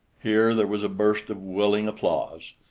here there was a burst of willing applause.